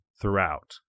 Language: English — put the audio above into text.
throughout